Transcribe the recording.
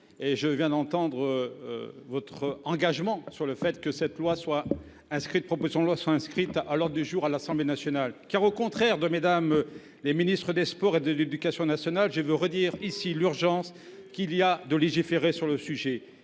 Je viens d’entendre votre engagement à ce que cette proposition de loi soit inscrite à l’ordre du jour de l’Assemblée nationale. À l’inverse de Mmes les ministres des sports et de l’éducation nationale, je rappelle l’urgence qu’il y a à légiférer sur le sujet.